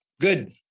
good